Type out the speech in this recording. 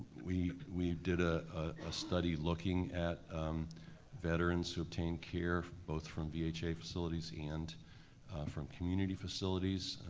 we we did a ah study looking at veterans who obtain care both from vha facilities and from community facilities.